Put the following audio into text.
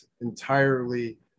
entirely